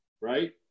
right